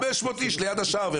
500 אנשים ליד השער,